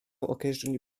occasionally